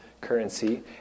currency